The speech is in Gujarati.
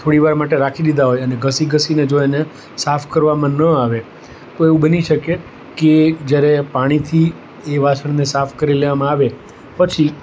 થોડીવાર માટે રાખી લીધાં હોય એને ઘસી ઘસીને જો એને સાફ કરવામાં ન આવે તો એવું બની શકે કે જ્યારે પાણીથી એ વાસણને સાફ કરી લેવામાં આવે પછી